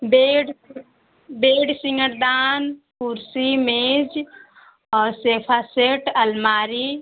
bed bed सिंगारदान कुर्सी मेज और सेफा सेट अलमारी